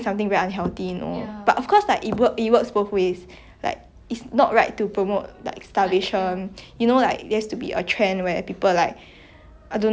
you know like there used to be a trend where people like I don't know try to have diets like you know like 一天吃一个苹果 like 喝一杯 that kind of thing